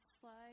slide